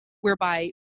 whereby